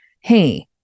hey